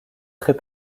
très